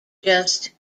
just